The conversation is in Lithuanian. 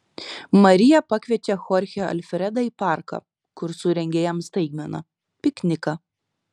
marija pakviečia chorchę alfredą į parką kur surengia jam staigmeną pikniką